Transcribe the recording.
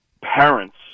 parents